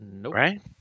right